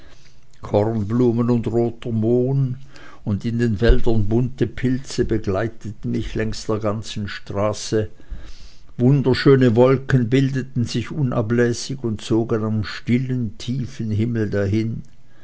kornblumen und roter mohn und in den wäldern bunte pilze begleiteten mich längs der ganzen straße wunderschöne wolken bildeten sich unablässig und zogen am tiefen stillen himmel dahin